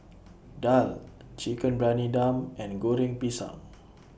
Daal Chicken Briyani Dum and Goreng Pisang